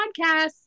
podcast